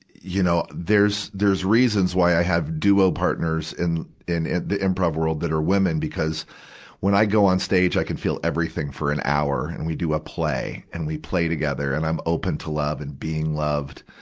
you know, there's, there's reasons why i have duo partners in, in, in the improve world that women because when i go onstage, i can feel everything for an hour. and we do a play, and we play together, and i'm open to love and being loved.